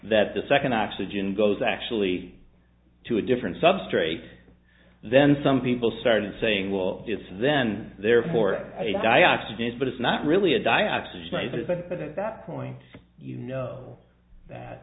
that the second oxygen goes actually to a different substrate then some people started saying well it's then therefore a dioxin is but it's not really a dioxide but at that point you know that